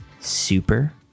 super